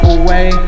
away